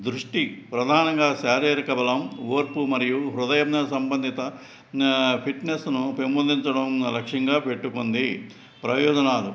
దృష్టి ప్రాధానంగా శారీరక బలం ఓర్పు మరియు హృదయంన సంబంధిత ఫిట్నెస్ను పెంపొందించడం లక్ష్యంగా పెట్టుకుంది ప్రయోజనాలు